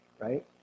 right